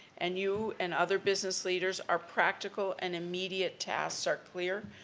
and you and other business leaders are practical and immediate tasks are clear.